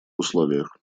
условиях